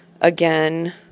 again